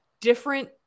different